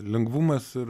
lengvumas ir